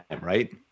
right